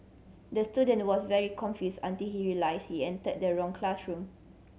the student was very confused until he realised he entered the wrong classroom